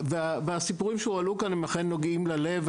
הסיפורים שהועלו כאן הם אכן נוגעים ללב,